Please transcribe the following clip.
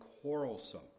quarrelsome